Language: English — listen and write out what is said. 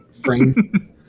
frame